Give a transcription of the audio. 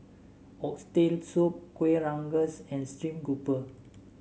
Oxtail Soup Kuih Rengas and stream grouper